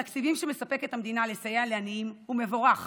התקציב שמספקת המדינה לסייע לעניים הוא מבורך,